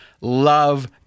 love